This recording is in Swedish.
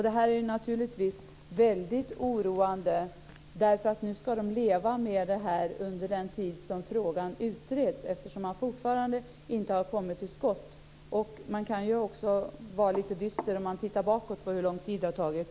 Det är naturligtvis mycket oroande, därför att nu ska denna sjöfart leva med det här under den tid som frågan utreds, eftersom man fortfarande inte har kommit till skott. Det kan också kännas lite dystert om man tittar bakåt på hur lång tid det har tagit.